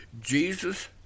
Jesus